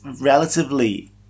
relatively